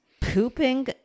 Pooping